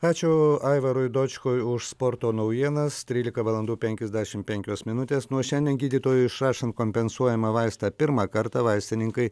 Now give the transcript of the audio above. ačiū aivarui dočkui už sporto naujienas trylika valandų penkiasdešim penkios minutės nuo šiandien gydytojui išrašant kompensuojamą vaistą pirmą kartą vaistininkai